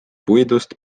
puidust